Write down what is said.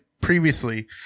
previously